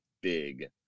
big